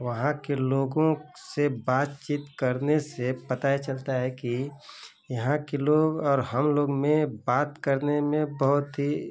वहाँ के लोगों से बातचीत करने से पता यह चलता है कि यहाँ के लोग और हम लोग में बात करने में बहुत ही